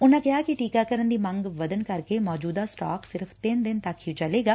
ਉਨਾ ਕਿਹਾ ਕਿ ਟੀਕਾਕਰਨ ਦੀ ਮੰਗ ਵੱਧਣ ਕਰਕੇ ਮੌਜੁਦਾ ਸਟਾਕ ਸਿਰਫ਼ ਤਿੰਨ ਦਿਨ ਤੱਕ ਹੀ ਚੱਲੇਗਾ